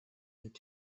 mit